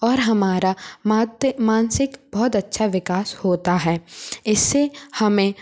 और हमारा मा त्त मानसिक बहुत अच्छा विकास होता है इस से हमें